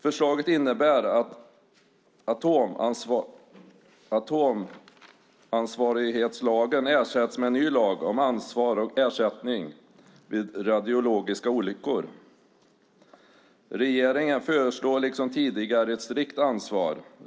Förslaget innebär att atomansvarighetslagen ersätts av en ny lag om ansvar och ersättning vid radiologiska olyckor. Regeringen föreslår, liksom tidigare, ett strikt ansvar.